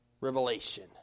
revelation